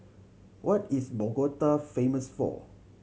what is Bogota famous for